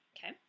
Okay